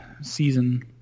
season